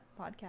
podcast